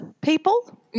people